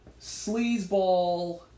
sleazeball